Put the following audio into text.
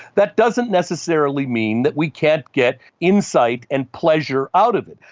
that doesn't necessarily mean that we can't get insight and pleasure out of it.